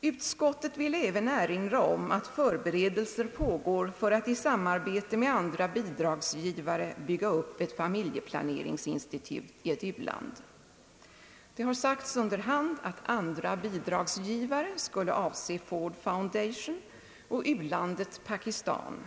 Utskottet vill även erinra om att förberedelser pågår för att i samarbete med andra bidragsgivare bygga upp ett familjeplaneringsinstitut i ett u-land.» Det har sagts under hand att »andra bidragsgivare» skulle avse Ford Foundation och »u-landet» Pakistan.